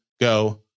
go